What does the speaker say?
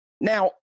Now